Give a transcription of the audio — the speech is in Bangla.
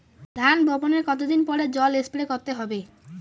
ধান বপনের কতদিন পরে জল স্প্রে করতে হবে?